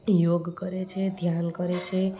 યોગ કરે છે ધ્યાન કરે છે